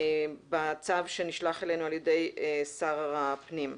בצו שנשלח אלינו על ידי שר הפנים.